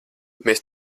mēs